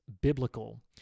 Biblical